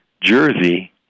Jersey